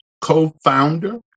co-founder